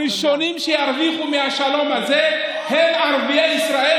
הראשונים שירוויחו מהשלום הזה הם ערביי ישראל,